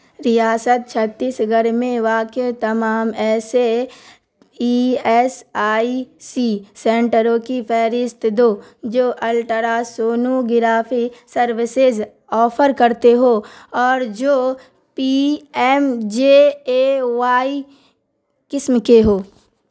ریاست چھتیس گڑھ میں واقع تمام ایسے ای ایس آئی سی سنٹروں کی فہرست دو جو الٹرا سونوگرافی سروسز آفر کرتے ہو اور جو P M J A Y قسم کے ہو